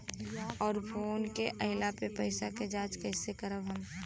और फोन से आईल पैसा के जांच कैसे करब हम?